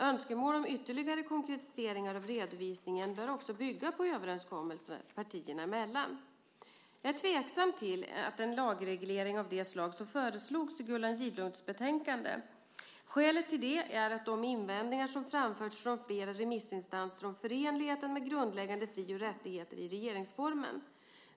Önskemål om ytterligare konkretiseringar av redovisningen bör också bygga på överenskommelser partierna emellan. Jag är tveksam till en lagreglering av det slag som föreslogs i Gullan Gidlunds betänkande. Skälet till det är de invändningar som framförts från flera remissinstanser om förenligheten med grundläggande fri och rättigheter i regeringsformen.